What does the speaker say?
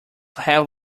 have